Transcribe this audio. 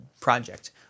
project